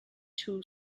two